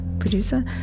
producer